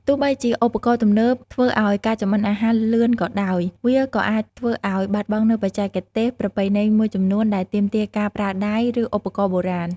ទោះបីជាឧបករណ៍ទំនើបធ្វើឱ្យការចម្អិនអាហារលឿនក៏ដោយ វាក៏អាចធ្វើឱ្យបាត់បង់នូវបច្ចេកទេសប្រពៃណីមួយចំនួនដែលទាមទារការប្រើដៃ ឬឧបករណ៍បុរាណ។